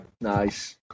Nice